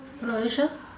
hello alicia